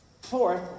Fourth